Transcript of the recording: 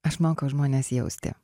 aš mokau žmones jausti